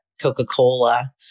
Coca-Cola